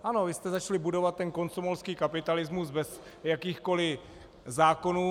Ano, vy jste začali budovat ten komsomolský kapitalismus bez jakýchkoli zákonů.